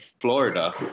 Florida